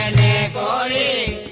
da da